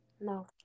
No